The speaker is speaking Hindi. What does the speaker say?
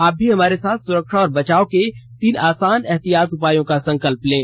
आप भी हमारे साथ सुरक्षा और बचाव के तीन आसान एहतियाती उपायों का संकल्प लें